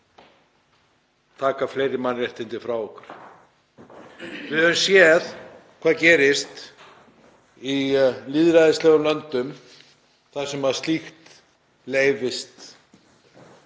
taka fleiri mannréttindi frá okkur. Við höfum séð hvað gerist í lýðræðislegum löndum þar sem slíkt leyfist.